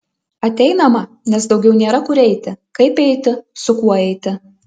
ateinama nes daugiau nėra kur eiti kaip eiti su kuo eiti